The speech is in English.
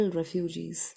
refugees